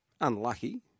unlucky